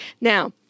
now